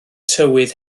tywydd